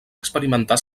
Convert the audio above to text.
experimentar